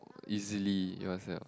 easily you understand not